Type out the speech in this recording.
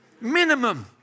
Minimum